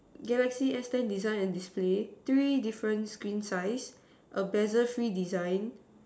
Galaxy S ten design and display three different screen size a bezel free design